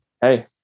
hey